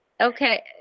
okay